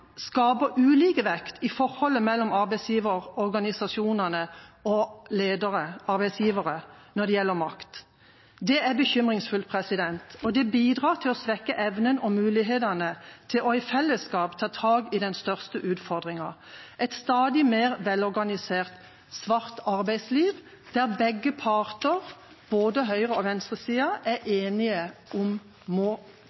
skaper ulikevekt i forholdet mellom arbeidsgiverorganisasjonene og ledere – arbeidsgivere – når det gjelder makt. Det er bekymringsfullt, og det bidrar til å svekke evnen og mulighetene til i fellesskap å ta tak i den største utfordringa: et stadig mer velorganisert svart arbeidsliv, som begge parter, både høyre- og venstresida, er enige om må